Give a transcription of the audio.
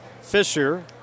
Fisher